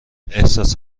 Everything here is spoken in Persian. احساس